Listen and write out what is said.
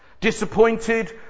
Disappointed